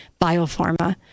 biopharma